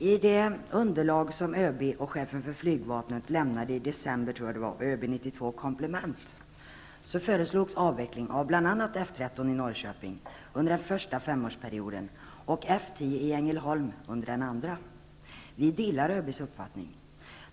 I det underlag som ÖB och chefen för flygvapnet lämnade i december, ÖB 92 komplement, föreslogs avveckling av bl.a. F 13 i Norrköping under den första femårsperioden och F 10 i Ängelholm under den andra. Vi delar ÖB:s uppfattning.